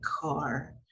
car